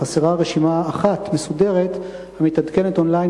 אך חסרה רשימה אחת מסודרת המתעדכנת און-ליין,